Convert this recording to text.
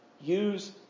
Use